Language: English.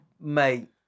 mate